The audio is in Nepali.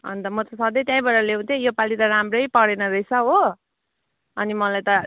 अन्त म त सधैँ त्यहीबाट ल्याउँथेँ योपालि त राम्रै परेन रहेछ हो अनि मलाई त